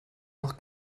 noch